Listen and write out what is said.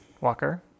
Walker